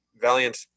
valiant